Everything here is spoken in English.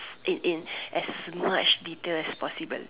in ins as much detail as possible